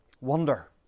Wonder